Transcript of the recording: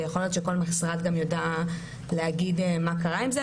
ויכול להיות שכל משרד גם יודע להגיד מה קרה עם זה,